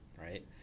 right